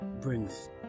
brings